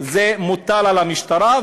זה מוטל על המשטרה,